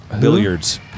billiards